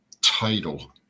title